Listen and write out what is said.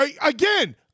Again